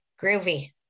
groovy